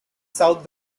south